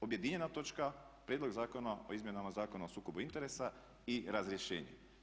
Objedinjena točka prijedlog Zakona o izmjenama Zakona o sukobu interesa i razrješenje.